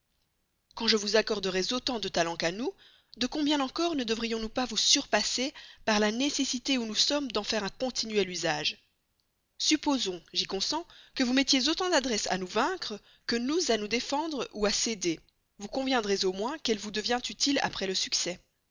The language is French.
quand je vous accorderais autant de talents qu'à nous de combien encore ne devrions nous pas vous surpasser par la nécessité où nous sommes d'en faire un continuel usage supposons j'y consens que vous mettiez autant d'adresse à nous vaincre que nous à nous défendre ou à céder vous conviendrez au moins qu'elle vous devient inutile après le succès